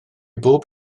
bob